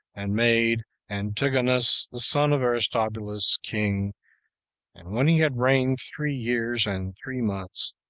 and made antigonus, the son of aristobulus, king and when he had reigned three years and three months,